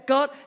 God